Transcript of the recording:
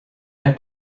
and